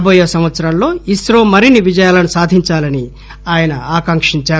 రాబోయే సంవత్సరాల్డో ఇన్రో మరిన్ని విజయాలను సాధించాలని ఆయన ఆకాంకించారు